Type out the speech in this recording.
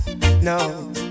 No